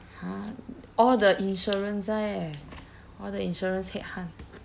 !huh! all the insurance right all the insurance headhunt